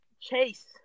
Chase